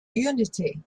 unity